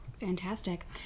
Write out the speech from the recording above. Fantastic